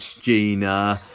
Gina